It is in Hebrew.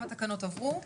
גם התקנות עברו.